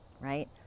right